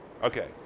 Okay